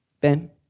Ben